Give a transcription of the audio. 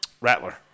Rattler